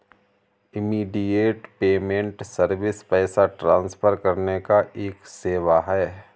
immediate payment service पैसा transfer करने का एक सेवा है